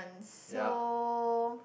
so